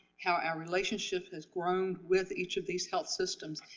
how our relationships has grown with each of these health systems,